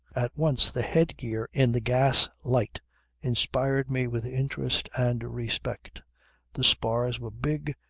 at once the head-gear in the gas light inspired me with interest and respect the spars were big,